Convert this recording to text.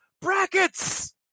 brackets